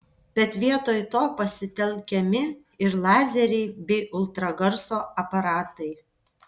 bet vietoj to pasitelkiami ir lazeriai bei ultragarso aparatai